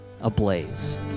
ablaze